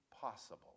possible